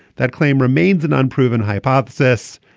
that claim remains an unproven hypothesis.